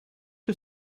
que